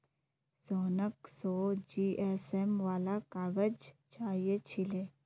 रोहनक सौ जीएसएम वाला काग़ज़ चाहिए छिले